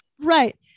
Right